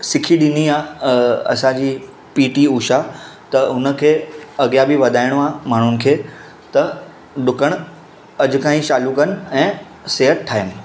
सिखी ॾिनी आहे असांजी पीटी उषा त उनखे अॻियां बि वधाइणो आहे माण्हुनि खे त डुकणु अॼु खां ई चालू कनि ऐं सिहत ठाहिनि